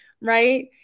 right